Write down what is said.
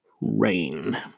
rain